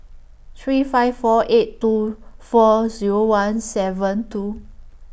three five four eight two four Zero one seven two